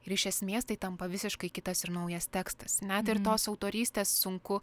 ir iš esmės tai tampa visiškai kitas ir naujas tekstas net ir tos autorystės sunku